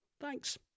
Thanks